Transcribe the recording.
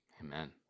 amen